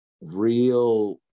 real